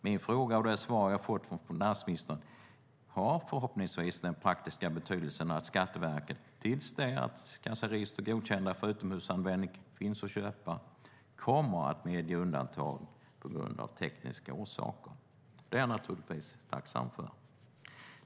Min fråga och det svar jag har fått från finansministern har förhoppningsvis den praktiska betydelsen att Skatteverket, tills kassaregister godkända för utomhusanvändning finns att köpa, kommer att medge undantag på grund av tekniska orsaker. Det är jag naturligtvis tacksam för.